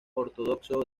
ortodoxo